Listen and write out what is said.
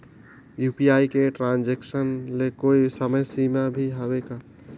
UPI के transaction ले कोई समय सीमा भी हवे का?